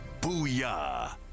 booyah